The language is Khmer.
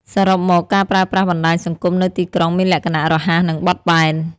សរុបមក ការប្រើប្រាស់បណ្ដាញសង្គមនៅទីក្រុងមានលក្ខណៈរហ័ស និងបត់បែន។